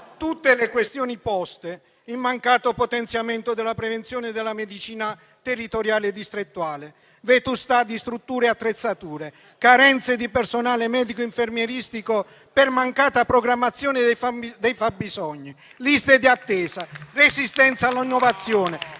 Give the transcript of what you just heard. Tutte le questioni poste (il mancato potenziamento della prevenzione e della medicina territoriale e distrettuale, vetustà di strutture e di attrezzature, carenze di personale medico e infermieristico per mancata programmazione dei fabbisogni, liste di attesa, resistenza all'innovazione,